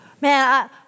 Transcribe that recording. Man